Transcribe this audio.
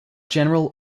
general